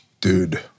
Dude